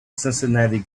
cincinnati